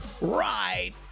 right